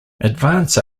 advance